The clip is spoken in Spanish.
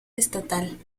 estatal